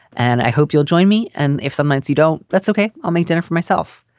and i hope you'll join me. and if some nights you don't, that's ok. i'll make dinner for myself.